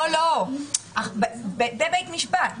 בבית משפט.